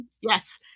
yes